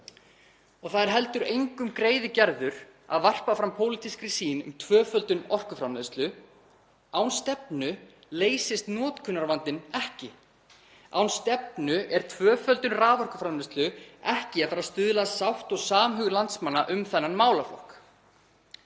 Það er heldur engum greiði gerður að varpa fram pólitískri sýn um tvöföldun orkuframleiðslu. Án stefnu leysist notkunarvandinn ekki. Án stefnu er tvöföldun raforkuframleiðslu ekki að fara að stuðla að sátt og samhug landsmanna um þennan málaflokk.